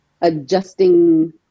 adjusting